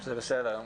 זה בסדר.